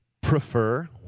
prefer